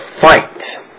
fight